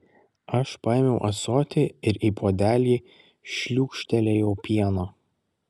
aš paėmiau ąsotį ir į puodelį šliūkštelėjau pieno